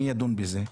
מי ידון בזה?